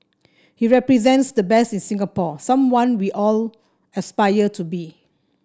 he represents the best in Singapore someone we all aspire to be